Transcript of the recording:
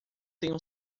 tenho